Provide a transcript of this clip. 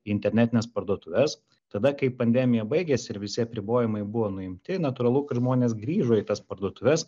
į internetines parduotuves tada kai pandemija baigėsi ir visi apribojimai buvo nuimti natūralu kad žmonės grįžo į tas parduotuves